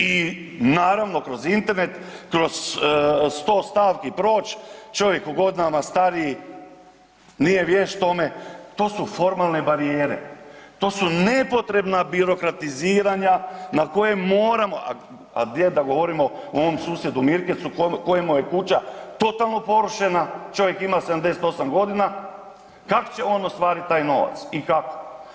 I naravno kroz Internet, kroz 100 stavki proć, čovjek u godinama, stariji, nije vješt tome, to su formalne barijere, to su nepotrebna birokratiziranja na koje moramo, a gdje da govorimo o mom susjedu Mirkecu kojemu je kuća totalno porušena, čovjek ima 78.g. Kak će on ostaviti taj novac i kako?